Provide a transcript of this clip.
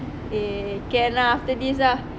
eh can lah after this ah